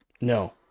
No